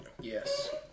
Yes